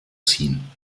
ziehen